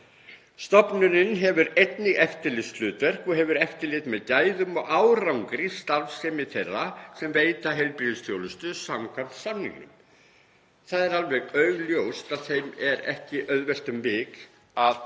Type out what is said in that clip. Stofnunin hefur einnig eftirlitshlutverk og hefur eftirlit með gæðum og árangri starfsemi þeirra sem veita heilbrigðisþjónustu samkvæmt samningum.“ Það er alveg augljóst að þeim er ekki auðvelt um vik að